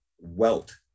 welt